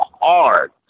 hard